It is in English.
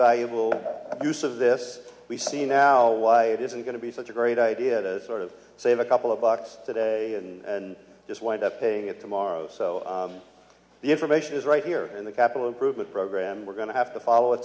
valuable use of this we see now why it isn't going to be such a great idea to sort of save a couple of bucks today and just wind up paying it to morrow so the information is right here in the capital improvement program we're going to have to follow it